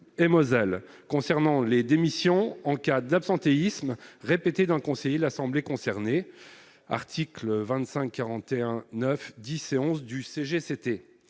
et Moselle concernant les démissions en cas d'absentéisme répété d'un conseiller de l'assemblée concernée, article 25 41 9 10 et 11 du CGCT